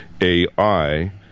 AI